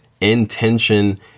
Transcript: intention